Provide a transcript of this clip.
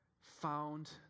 found